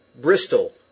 Bristol